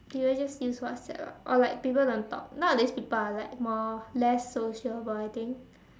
people just use WhatsApp lah or like people don't talk nowadays people are like more less sociable I think